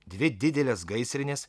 dvi didelės gaisrinės